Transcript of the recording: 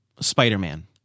Spider-Man